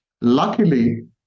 luckily